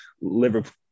Liverpool